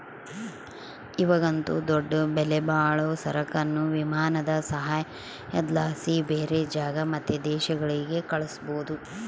ಇವಾಗಂತೂ ದೊಡ್ಡ ಬೆಲೆಬಾಳೋ ಸರಕುನ್ನ ವಿಮಾನದ ಸಹಾಯುದ್ಲಾಸಿ ಬ್ಯಾರೆ ಜಾಗ ಮತ್ತೆ ದೇಶಗುಳ್ಗೆ ಕಳಿಸ್ಬೋದು